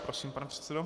Prosím, pane předsedo.